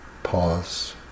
Pause